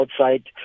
outside